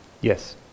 Yes